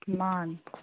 ꯃꯥꯅꯤ